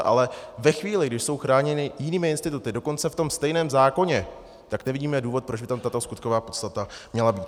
Ale ve chvíli, kdy jsou chráněni jinými instituty, dokonce v tom stejném zákoně, tak nevidíme důvod, proč by tam tato skutková podstata měla být.